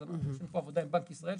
אז עשינו פה עבודה עם בנק ישראל.